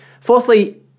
Fourthly